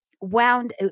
wound